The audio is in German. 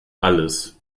alles